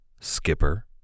Skipper